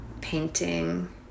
painting